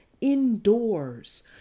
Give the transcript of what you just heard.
indoors